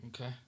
Okay